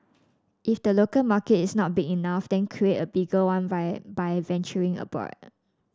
if the local market is not big enough then create a bigger one via by venturing abroad